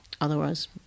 otherwise